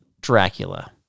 dracula